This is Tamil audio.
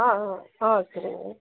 ஆ ஆ ஆ சரிங்க